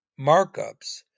markups